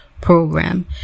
Program